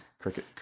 cricket